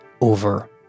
over